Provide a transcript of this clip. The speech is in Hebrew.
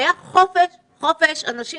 אלא היה חופש ואנשים